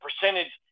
percentage